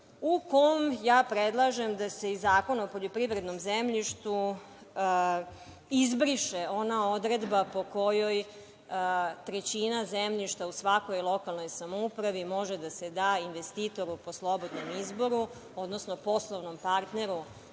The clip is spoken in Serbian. U njemu predlažem da se iz Zakona o poljoprivrednom zemljištu izbriše ona odredba po kojoj trećina zemljišta u svakoj lokalnoj samoupravi može da se da investitoru po slobodnom izboru, odnosno poslovnom partneru